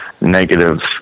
negative